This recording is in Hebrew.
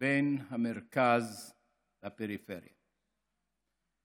בין המרכז לפריפריה.